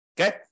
Okay